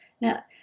now